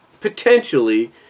potentially